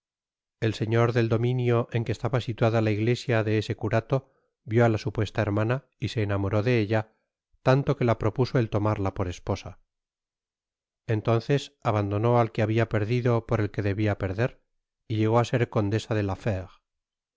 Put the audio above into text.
el señor del dominio en que estaba situada la iglesia de ese curato vió á la supuesta hermana y se enamoró de ella tanio que la propuso el tomarla por esposa entonces abandonó al que habia perdido por el que debia perder y llegó á ser condesa de la